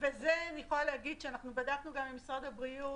אני יכולה להגיד שאנחנו בדקנו גם עם משרד הבריאות,